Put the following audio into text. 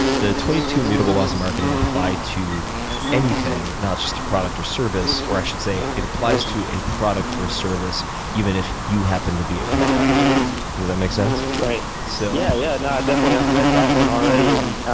the twenty two immutable laws of marketing apply to anything, not just a product or service. or i should say, it applies to a product or a service even if you happen to be a product. does that make sense? right. so yeah, yeah. no, definitely. i've read that one already, and